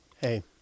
Hey